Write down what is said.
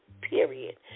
period